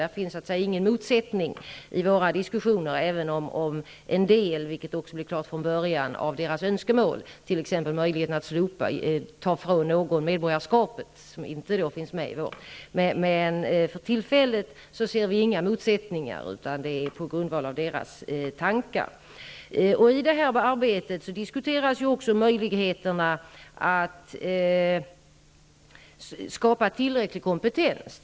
Det finns så att säga ingen motsättning i våra diskussioner, även om -- vilket också blev klart från början -- en del av deras önskemål, t.ex. möjligheten att ta ifrån någon medborgarskapet, inte finns med bland våra förslag. För tillfället ser vi emellertid inga motsättningar, utan arbetet bygger på deras tankar. I detta arbete diskuteras också möjligheterna att skapa tillräcklig kompetens.